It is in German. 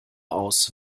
aus